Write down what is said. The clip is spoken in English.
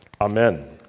Amen